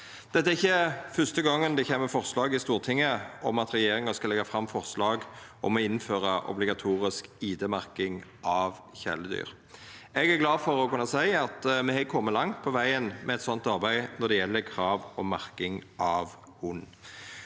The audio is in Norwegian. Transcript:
Dette er ikkje første gongen det kjem forslag frå Stortinget om at regjeringa skal leggja fram forslag om å innføra obligatorisk ID-merking av kjæledyr. Eg er glad for å kunna seia at me er komne langt på vegen med eit slikt arbeid når det gjeld krav om merking av hund.